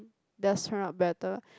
does turn out better